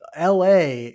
LA